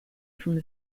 from